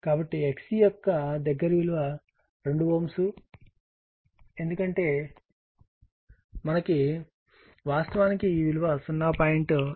కాబట్టి XC యొక్క దగ్గరి విలువ 2 Ω ఎందుకంటే మనకు వాస్తవానికి ఈ విలువ 0